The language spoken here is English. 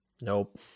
Nope